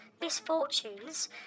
misfortunes